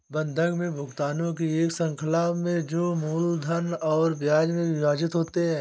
बंधक में भुगतानों की एक श्रृंखला में जो मूलधन और ब्याज में विभाजित होते है